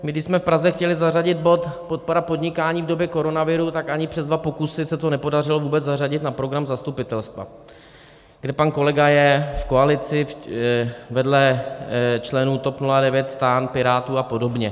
My když jsme v Praze chtěli zařadit bod podpora podnikání v době koronaviru, tak ani přes dva pokusy se to nepodařilo vůbec zařadit na program zastupitelstva, kde pan kolega je v koalici vedle členů TOP 09, STAN, Pirátů a podobně.